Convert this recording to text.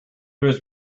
was